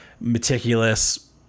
meticulous